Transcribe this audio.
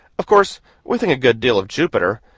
of course we think good deal of jupiter,